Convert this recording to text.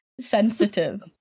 sensitive